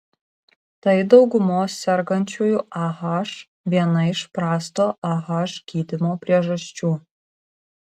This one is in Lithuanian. tai daugumos sergančiųjų ah viena iš prasto ah gydymo priežasčių